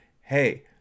hey